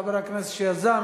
חבר הכנסת שיזם,